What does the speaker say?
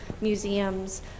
museums